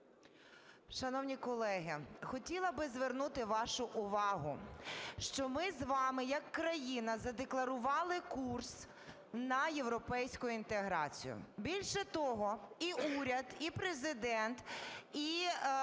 Шановні колеги, хотіла би звернути вашу увагу, що ми з вами як країна задекларували курс на європейську інтеграцію, більше того, і уряд, і Президент, і